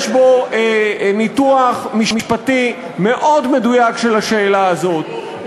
יש בו ניתוח משפטי מאוד מדויק של השאלה הזאת,